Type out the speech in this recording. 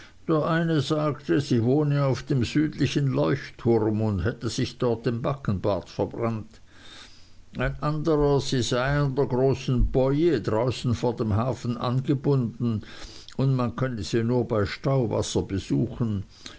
der eine sagte sie wohne auf dem südlichen leuchtturm und hätte sich dort den backenbart verbrannt ein anderer sie sei an der großen boje draußen vor dem hafen angebunden und man könne sie nur bei stauwasser besuchen